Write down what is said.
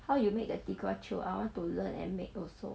how you make the 地瓜球 I want to learn and make also